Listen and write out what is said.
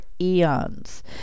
eons